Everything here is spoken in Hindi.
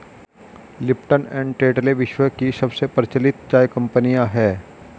लिपटन एंड टेटले विश्व की सबसे प्रचलित चाय कंपनियां है